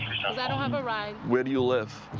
because i don't have a ride. where do you live?